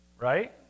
Right